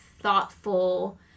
thoughtful